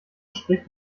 spricht